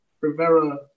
Rivera